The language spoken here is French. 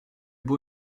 beau